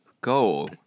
go